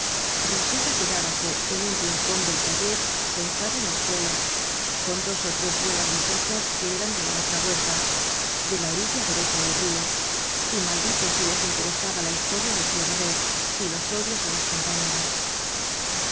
quedába se en un rincón del taller sentada en el suelo con dos ó tres buenas muchachas que eran de la otra huerta de la orilla derecha del río y maldito si les interesaba la historia del tío ba rret y los odios de las compañeras